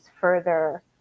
further